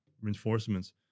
reinforcements